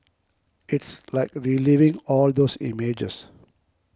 it's like reliving all those images